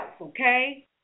okay